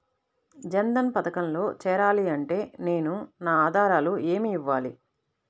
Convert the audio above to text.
జన్ధన్ పథకంలో చేరాలి అంటే నేను నా ఆధారాలు ఏమి ఇవ్వాలి?